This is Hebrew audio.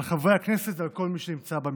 על חברי הכנסת ועל כל מי שנמצא במשכן.